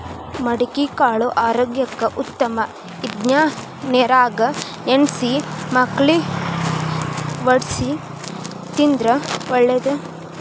ಮಡಿಕಿಕಾಳು ಆರೋಗ್ಯಕ್ಕ ಉತ್ತಮ ಇದ್ನಾ ನೇರಾಗ ನೆನ್ಸಿ ಮಳ್ಕಿ ವಡ್ಸಿ ತಿಂದ್ರ ಒಳ್ಳೇದ